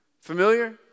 Familiar